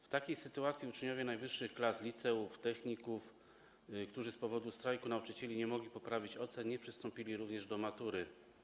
W takiej sytuacji uczniowie najwyższych klas liceów, techników, którzy z powodu strajku nauczycieli nie mogli poprawić ocen, nie przystąpili również do matury.